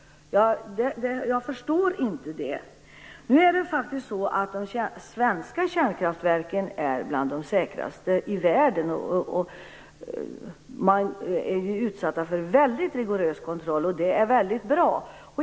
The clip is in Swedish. Jag förstår inte det. De svenska kärnkraftverken är faktiskt bland de säkraste i världen. De är utsatta för en väldigt rigorös kontroll, och det är väldigt bra.